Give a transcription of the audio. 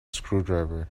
screwdriver